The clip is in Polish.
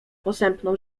posępną